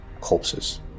corpses